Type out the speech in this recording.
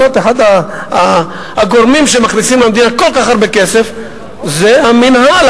אחד הגורמים שמכניסים למדינה כל כך הרבה כסף זה המינהל,